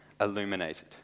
illuminated